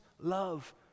love